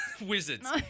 Wizards